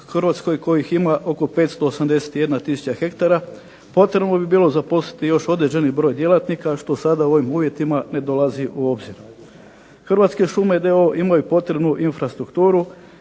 Hrvatskoj kojih ima oko 581000 ha potrebno bi bilo zaposliti još određeni broj djelatnika što sada u ovim uvjetima ne dolazi u obzir. Hrvatske šume d.o.o. imaju potrebnu infrastrukturu